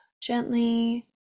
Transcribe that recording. gently